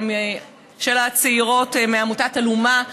של הצעירות מעמותת אלומה,